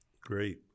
Great